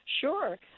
Sure